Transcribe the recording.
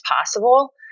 possible